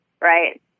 right